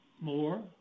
More